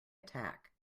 attack